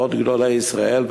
ועוד גדולי ישראל,